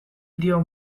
dio